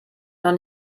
noch